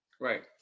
Right